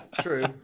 true